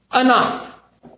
enough